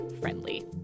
friendly